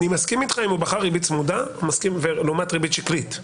אני מסכים איתך אם הוא בחר ריבית צמודה לעומת ריבית שקלית.